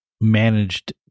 managed